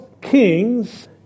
kings